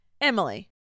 Emily